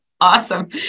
awesome